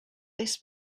this